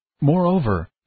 Moreover